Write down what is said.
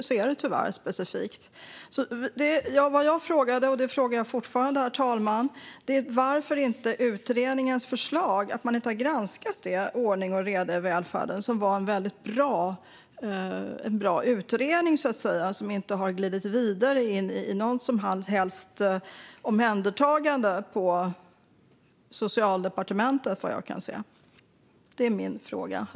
Så är det tyvärr. Det som jag frågade och fortfarande frågar, herr talman, är varför man inte har granskat utredningens förslag i betänkandet Ordning och reda i välfärden . Det var en väldigt bra utredning som inte har glidit vidare in i något som helst omhändertagande på Socialdepartementet, vad jag kan se.